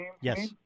Yes